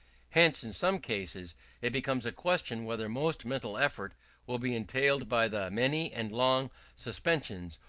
hence in some cases it becomes a question whether most mental effort will be entailed by the many and long suspensions,